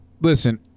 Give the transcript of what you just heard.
listen